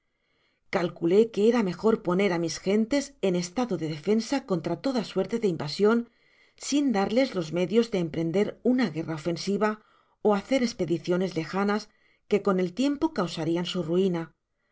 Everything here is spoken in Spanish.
calcufé que era mejor poner á mis gentes en estado de defensa contra toda suerte de invasion sin darles los medios de emprender una guerra ofensiva ó hacer espediciones lejanas que con el tiempo causarian su ruina